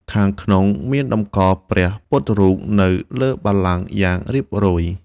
ខាងក្នុងមានតម្កល់ព្រះពុទ្ធរូបនៅលើបល្ល័ង្កយ៉ាងរៀបរយ។